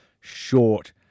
short